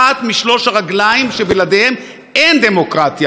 משלוש הרגליים שבלעדיהן אין דמוקרטיה.